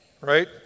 right